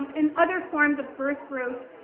and other forms of birth, growth,